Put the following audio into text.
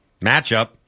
matchup